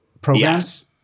programs